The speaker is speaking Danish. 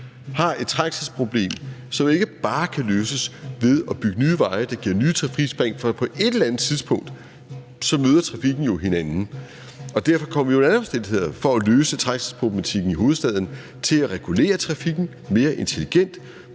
har et trængselsproblem, som ikke bare kan løses ved at bygge nye veje, som giver nye trafikspring. For på et eller andet tidspunkt møder trafikken jo hinanden, og derfor kommer vi under alle omstændigheder – for at løse trængselsproblematikken i hovedstaden – til at regulere trafikken mere intelligent,